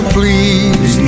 please